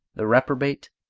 the reprobate,